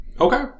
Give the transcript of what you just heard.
Okay